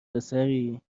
پسری